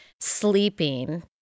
sleeping